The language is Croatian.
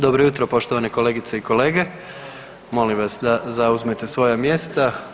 Dobro jutro poštovane kolegice i kolege, molim vas da zauzmete svoja mjesta.